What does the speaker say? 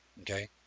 okay